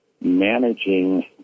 managing